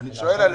אני שואל על